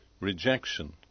Rejection